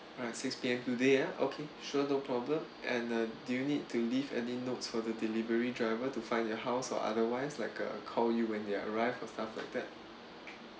alright six P_M today ah okay sure no problem and uh do you need to leave any notes for the delivery driver to find your house or otherwise like a call you when they're arrived or stuff like that